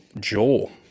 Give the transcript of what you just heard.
Joel